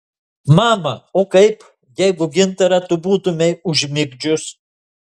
mama o kaip jeigu gintarą tu būtumei užmigdžius